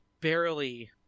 barely